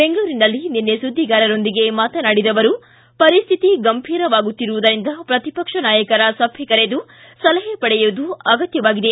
ಬೆಂಗಳೂರಿನಲ್ಲಿ ನಿನ್ನೆ ಸುದ್ದಿಗಾರರೊಂದಿಗೆ ಮಾತನಾಡಿದ ಅವರು ಪರಿಸ್ತಿತಿ ಗಂಭೀರವಾಗುತ್ತಿರುವುದರಿಂದ ಪ್ರತಿಪಕ್ಷ ನಾಯಕರ ಸಭೆ ಕರೆದು ಸಲಹೆ ಪಡೆಯುವುದು ಅಗತ್ಯವಾಗಿದೆ